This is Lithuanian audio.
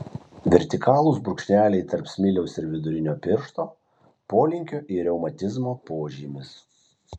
vertikalūs brūkšneliai tarp smiliaus ir vidurinio piršto polinkio į reumatizmą požymis